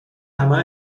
همه